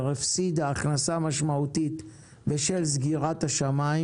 הפסידה הכנסה משמעותית בשל סגירת השמיים.